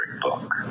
book